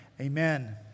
amen